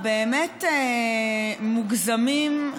הבאמת-מוגזמים,